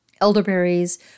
Elderberries